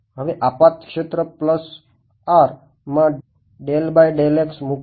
હવે આપાત ક્ષેત્ર R માં મુકવા